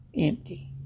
empty